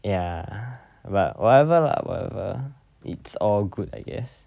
ya but whatever lah whatever it's all good I guess